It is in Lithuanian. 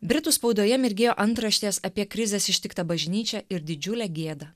britų spaudoje mirgėjo antraštės apie krizės ištiktą bažnyčią ir didžiulę gėdą